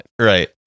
right